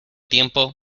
tiempo